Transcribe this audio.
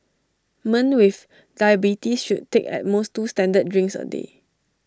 men with diabetes should take at most two standard drinks A day